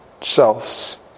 selves